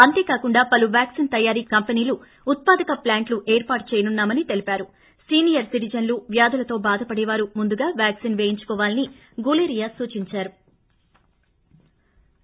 అంతేకాకుండా పలు వ్యాక్సిన్ తయారీ కంపెనీలు ఉత్పాదక ప్లాంట్లు ఏర్పాటు చేయనున్నా యని సీనియర్ సిటిజన్లువ్యాధులతో బాధపడేవారు ముందుగా వ్యాక్సిన్ పేయించుకోవాలని గులేరియా సూచించారు